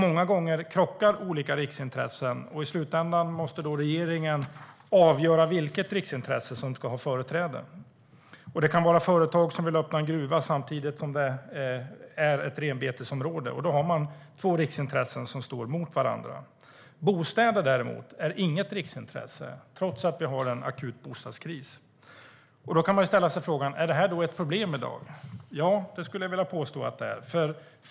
Många gånger krockar olika riksintressen, och i slutändan måste regeringen avgöra vilket riksintresse som ska ha företräde. Det kan till exempel vara ett företag som vill öppna en gruva på ett renbetesområde, och då har man två riksintressen som står mot varandra. Bostäder är däremot inget riksintresse, trots att det råder en akut bostadskris. Är det ett problem i dag? Ja, det vill jag påstå att det är.